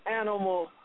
animal